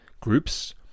groups